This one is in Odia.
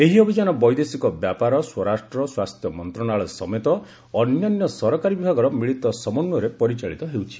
ଏହି ଅଭିଯାନ ବୈଦେଶିକ ବ୍ୟାପାର ସ୍ୱରାଷ୍ଟ୍ର ସ୍ୱାସ୍ଥ୍ୟ ମନ୍ତ୍ରଣାଳୟ ସମେତ ଅନ୍ୟାନ୍ୟ ସରକାରୀ ବିଭାଗର ମିଳିତ ସମନ୍ୱୟରେ ପରିଚାଳିତ ହେଉଛି